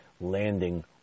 landing